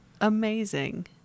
amazing